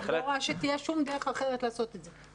אני לא רואה שתהיה שום דרך אחרת לעשות את זה.